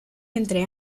entre